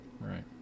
Right